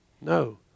No